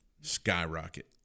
skyrocket